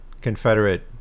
Confederate